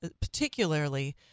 particularly